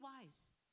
wise